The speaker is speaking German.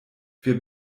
wer